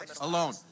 alone